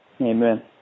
Amen